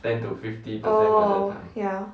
oh ya